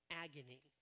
agony